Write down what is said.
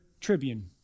tribune